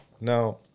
now